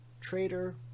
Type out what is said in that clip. trader